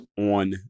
on